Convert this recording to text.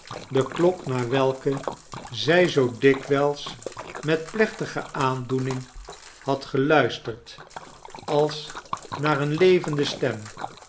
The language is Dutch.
de klok naar welke zij zoo dikwijls met plechtige aandoening had geluisterd als naar eene levende stem